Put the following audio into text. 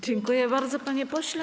Dziękuję bardzo, panie pośle.